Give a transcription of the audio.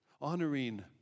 honoring